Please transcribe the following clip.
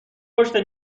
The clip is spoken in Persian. پشت